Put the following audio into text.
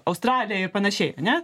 australiją ir panašiai ane